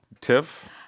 Tiff